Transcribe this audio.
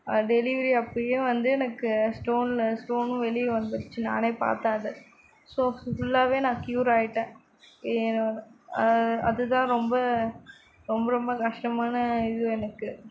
delivery அப்பவும் வந்து எனக்கு ஸ்டோனில் ஸ்டோன் வெளியே வந்துதிடுச்சி நான் பாத்தேன் அதை ஸ்டோன்ஸ் ஃபுல்லாகவே நான் கியூர் ஆகிட்டன் அதுதான் ரொம்ப ரொம்ப ரொம்ப கஷ்டமான இது எனக்கு